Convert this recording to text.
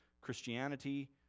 Christianity